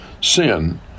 Sin